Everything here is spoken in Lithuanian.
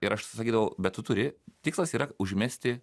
ir aš sakydavau bet tu turi tikslas yra užmesti